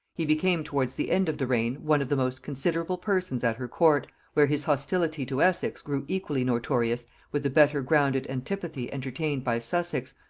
he became towards the end of the reign one of the most considerable persons at her court, where his hostility to essex grew equally notorious with the better grounded antipathy entertained by sussex,